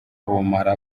ubumara